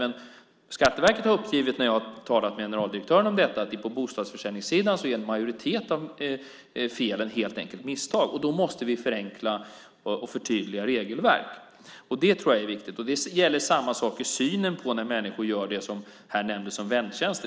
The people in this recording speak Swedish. När jag har talat med generaldirektören på Skatteverket har han uppgivit att en majoritet av felen på bostadsförsäljningssidan helt enkelt är misstag. Då måste vi förenkla och förtydliga regelverk. Det är viktigt. Det gäller samma sak vid synen på när människor gör det som här nämndes som väntjänster.